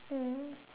mm